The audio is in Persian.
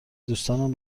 دوستانم